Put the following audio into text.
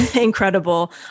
incredible